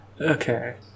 Okay